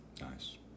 Nice